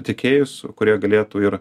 tiekėjus kurie galėtų ir